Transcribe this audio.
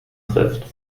trifft